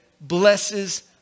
blesses